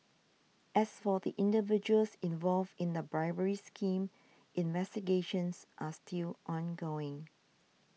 as for the individuals involved in the bribery scheme investigations are still ongoing